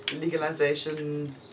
legalization